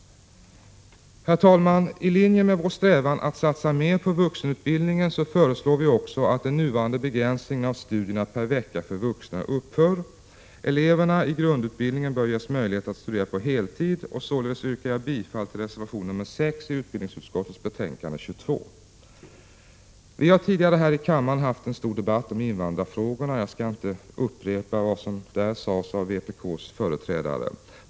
Herr talman! I linje med vår strävan att satsa mer på vuxenutbildningen föreslår vi också att den nuvarande begränsningen per vecka av studierna för vuxna upphör. Eleverna i grundutbildningen bör ges möjlighet att studera på heltid, och således yrkar jag bifall till reservation 6 i utbildningsutskottets betänkande 22. Vi har tidigare här i kammaren haft en stor debatt om invandrarfrågorna, och jag skall inte upprepa vad som då sades av vpk:s företrädare.